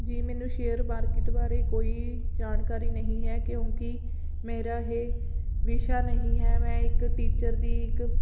ਜੀ ਮੈਨੂੰ share market ਬਾਰੇ ਕੋਈ ਜਾਣਕਾਰੀ ਨਹੀਂ ਹੈ ਕਿਉਂਕਿ ਮੇਰਾ ਇਹ ਵਿਸ਼ਾ ਨਹੀਂ ਹੈ ਮੈਂ ਇੱਕ ਟੀਚਰ ਦੀ ਇੱਕ